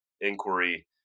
inquiry